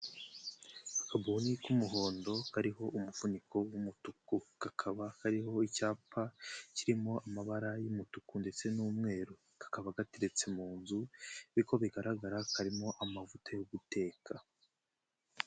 Akabuni k'umuhondo kariho umufuniko w'umutuku, kakaba kariho icyapa kirimo amabara y'umutuku ndetse n'umweru, kakaba gateretse mu nzu nk'uko bigaragara karimo amavuta yo guteka.